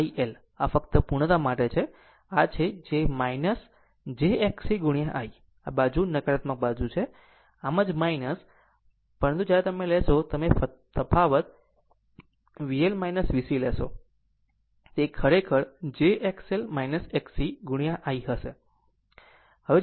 આ ફક્ત પૂર્ણતા માટે છે આ છે જે j Xc I આ બાજુ નકારાત્મક બાજુ છે આમ જ પરંતુ જ્યારે તમે લેશો જ્યારે તમે તફાવત VL VC લેશો તે ખરેખર j XL Xc into I હશે